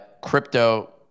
crypto